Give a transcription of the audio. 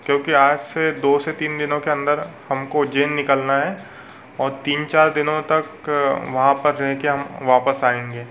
क्योंकि आज से दो से तीन दिनों के अंदर हमको उज्जैन निकलना है और तीन चार दिनों तक वहाँ पर रह कर हम वापस आएंगे